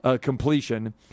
completion